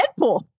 Deadpool